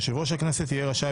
יושב-ראש הכנסת יהיה רשאי,